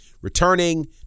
returning